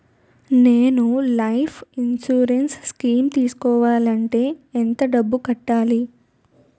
నేను life insurance scheme తీసుకోవాలంటే ఎంత డబ్బు కట్టాలి?